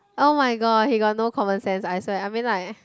oh-my-god he got no common sense I swear I mean like